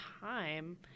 time